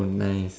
nice